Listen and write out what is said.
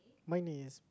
mine is